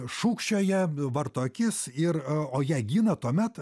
šūkčioja varto akis ir o ją gina tuomet